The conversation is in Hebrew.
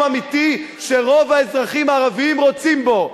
אמיתי שרוב האזרחים הערבים רוצים בו.